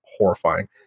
horrifying